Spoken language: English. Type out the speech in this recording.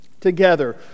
Together